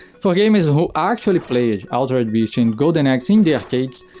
for gamers who actually played altered beast and golden axe in the arcades,